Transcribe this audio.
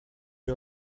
wir